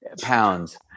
pounds